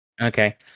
Okay